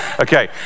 okay